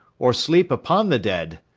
or sleep upon the dead.